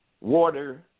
water